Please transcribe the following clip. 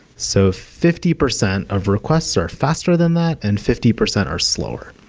so fifty percent of requests are faster than that and fifty percent are slower.